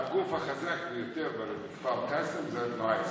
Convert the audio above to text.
הגוף החזק ביותר בכפר קאסם הוא התנועה האסלאמית.